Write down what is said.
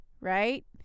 right